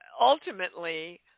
ultimately